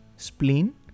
spleen